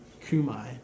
kumai